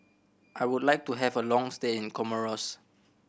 I would like to have a long stay in Comoros